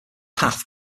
path